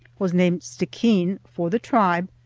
was named stickeen for the tribe,